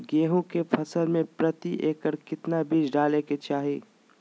गेहूं के फसल में प्रति एकड़ कितना बीज डाले के चाहि?